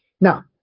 Now